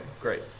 great